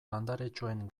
landaretxoen